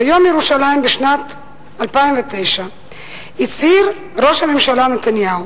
ביום ירושלים בשנת 2009 הצהיר ראש הממשלה נתניהו